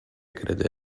crede